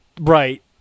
Right